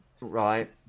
Right